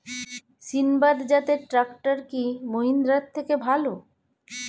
সিণবাদ জাতের ট্রাকটার কি মহিন্দ্রার থেকে ভালো?